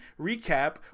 recap